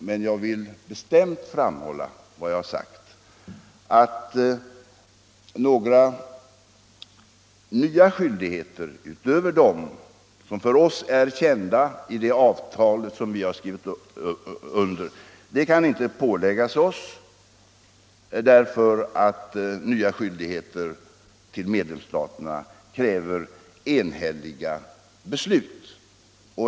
Men jag vill bestämt 7 framhålla att, som jag har sagt, några nya skyldigheter utöver dem som för oss är kända i det avtal som vi har skrivit under inte kan påläggas oss, eftersom nya skyldigheter för medlemsstaterna kräver enhälliga beslut.